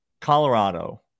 Colorado